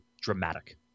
dramatic